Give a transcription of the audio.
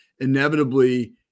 inevitably